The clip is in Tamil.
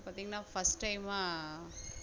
அப்போ பார்த்திங்கன்னா ஃபர்ஸ்ட் டைமாக